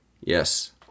Yes